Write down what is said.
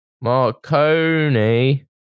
Marconi